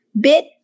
bit